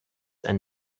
and